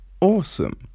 awesome